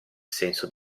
senso